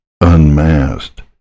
unmasked